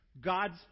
God's